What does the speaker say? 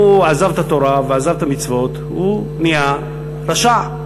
הוא עזב את התורה ועזב את המצוות, הוא נהיה רשע.